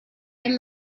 and